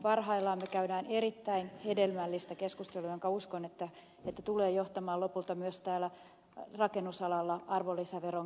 parhaillaan me käymme erittäin hedelmällistä keskustelua jonka uskon tulevan johtamaan lopulta myös rakennusalalla arvonlisäveron kääntämiseen